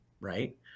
right